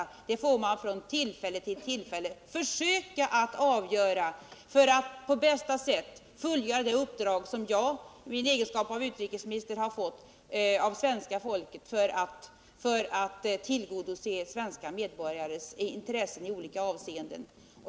Det får jag försöka avgöra från tillfälle till tillfälle, i syfte att på bästa sätt fullgöra det uppdrag som jag t egenskap av utrikesminister har fått av svenska folket att tillgodose svenska medborgares intressen i olika avseenden.